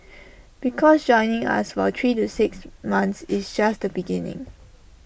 because joining us for three to six months is just the beginning